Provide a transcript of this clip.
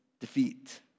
defeat